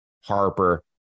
Harper